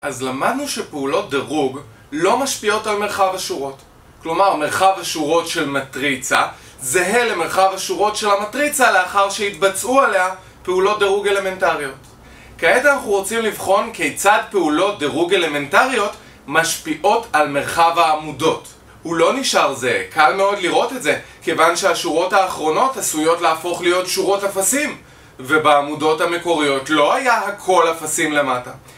אז למדנו שפעולות דירוג לא משפיעות על מרחב השורות. כלומר, מרחב השורות של מטריצה זהה למרחב השורות של המטריצה לאחר שהתבצעו עליה פעולות דירוג אלמנטריות.כעת אנחנו רוצים לבחון כיצד פעולות דירוג אלמנטריות משפיעות על מרחב העמודות הוא לא נשאר זהה, קל מאוד לראות את זה כיוון שהשורות האחרונות עשויות להפוך להיות שורות אפסים, ובעמודות המקוריות לא היה הכל אפסים למטה